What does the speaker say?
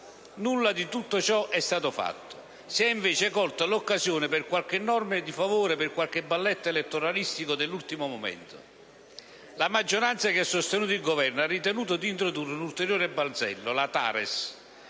Nulla di tutto ciò è stato fatto. Si è invece colta l'occasione per qualche norma di favore, per qualche balletto elettoralistico dell'ultimo momento. La maggioranza che ha sostenuto il Governo ha ritenuto di introdurre un ulteriore balzello: la TARES.